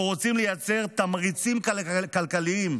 אנחנו רוצים לייצר תמריצים כלכליים,